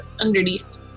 underneath